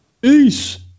Peace